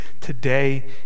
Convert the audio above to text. today